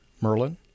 Merlin